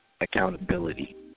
accountability